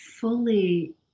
fully